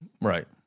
right